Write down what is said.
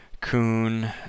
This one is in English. coon